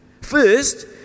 First